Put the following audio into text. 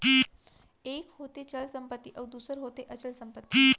एक होथे चल संपत्ति अउ दूसर होथे अचल संपत्ति